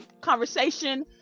conversation